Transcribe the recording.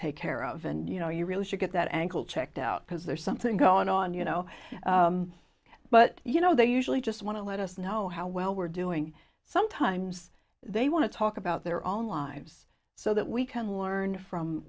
take care of and you know you really should get that ankle checked out because there's something going on you know but you know they usually just want to let us know how well we're doing sometimes they want to talk about their own lives so that we can learn from